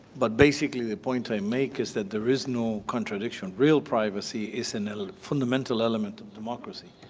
but basically the point i make is that there is no contradiction. real privacy is and a fundamental element of democracy.